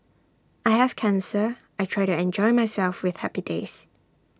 I have cancer I try to enjoy myself with happy days